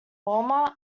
walmart